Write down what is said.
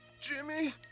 Jimmy